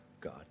God